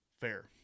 fair